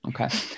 Okay